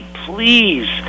please